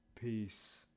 Peace